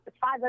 five